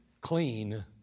clean